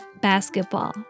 basketball